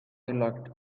locked